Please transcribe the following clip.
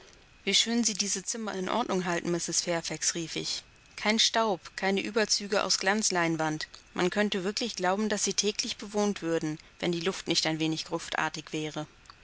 wie schön sie diese zimmer in ordnung halten mrs fairfax rief ich kein staub keine überzüge aus glanzleinwand man könnte wirklich glauben daß sie täglich bewohnt würden wenn die luft nicht ein wenig gruftartig wäre